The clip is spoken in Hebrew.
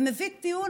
ומביא טיעון,